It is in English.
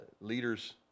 leaders